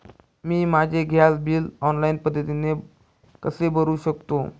मी माझे gas bill online पद्धतीने कसे भरु शकते?